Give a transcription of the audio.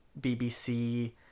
BBC